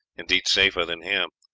indeed safer than here.